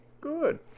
good